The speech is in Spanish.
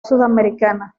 sudamericana